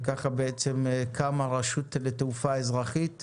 וכך בעצם קמה רשות לתעופה אזרחית בחוק.